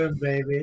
baby